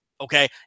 Okay